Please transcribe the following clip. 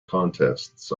contests